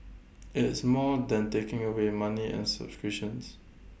it's more than taking away money and subscriptions